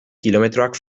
kilometroak